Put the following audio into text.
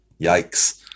yikes